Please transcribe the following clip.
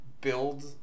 build